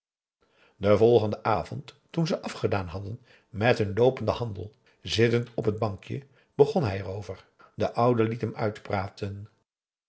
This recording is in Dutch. den volgenden avond toen ze afgedaan hadden met hun loopenden handel zittend op het bankje begon hij erover de oude liet hem uitpraten